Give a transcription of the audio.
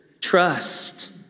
trust